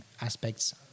aspects